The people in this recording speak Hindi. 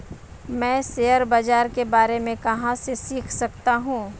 मैं शेयर बाज़ार के बारे में कहाँ से सीख सकता हूँ?